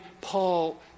Paul